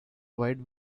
wide